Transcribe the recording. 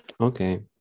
Okay